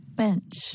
bench